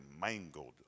mangled